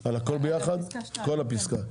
על כל הפסקה ביחד.